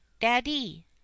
Daddy